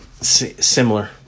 similar